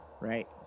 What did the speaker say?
Right